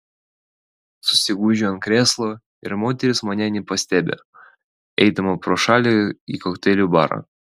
susigūžiu ant krėslo ir moteris manęs nepastebi eidama pro šalį į kokteilių barą